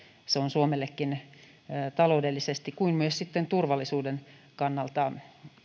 se on suomellekin niin taloudellisesti kuin myös sitten turvallisuuden kannalta